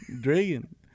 Dragon